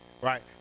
right